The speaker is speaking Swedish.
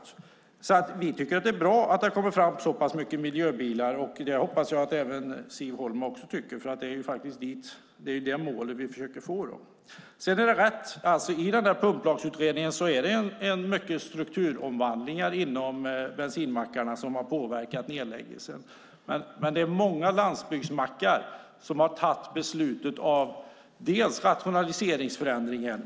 Vi tycker att det är bra att det har kommit fram så pass många miljöbilar, och det hoppas jag att även Siv Holma tycker, för det är ju det mål som vi försöker nå. Sedan är det rätt att enligt pumplagsutredningen är det många strukturomvandlingar inom bensinbackarna som har påverkat nedläggningarna. Men det är många landsbygdsmackar som har fattat beslut om rationaliseringsförändring.